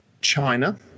China